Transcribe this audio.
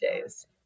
days